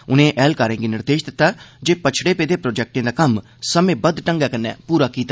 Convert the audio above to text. उनें अफसरें गी निर्देश दित्ता जे पच्छड़े पेदे प्रोजेक्टें दा कम्म समेंबद्व तरीके कन्नै पूरा कीता